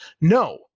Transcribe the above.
No